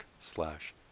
slash